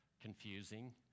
confusing